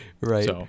right